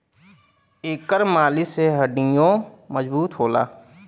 एकर मालिश से हड्डीयों मजबूत होला